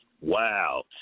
Wow